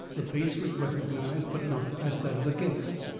the face was recognised, but not as that of a guest.